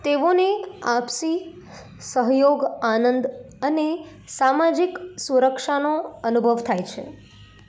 તેઓને આપસી સહયોગ આનંદ અને સામાજિક સુરક્ષાનો અનુભવ થાય છે